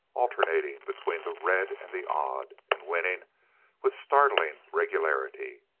alternating between the red and the odd, and winning with startling regularity.